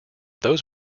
those